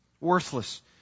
Worthless